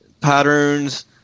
patterns